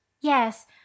Yes